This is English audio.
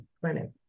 clinic